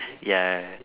ya